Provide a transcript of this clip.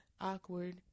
awkward